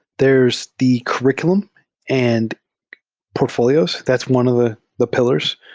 there's the curr iculum and portfolios. that's one of the the pillars,